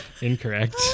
Incorrect